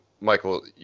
Michael